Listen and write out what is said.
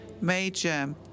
major